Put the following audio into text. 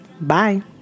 Bye